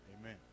Amen